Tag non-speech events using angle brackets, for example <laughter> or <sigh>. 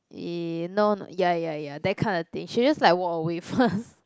y~ no ya ya ya that kind of thing she'll just like walk away first <laughs>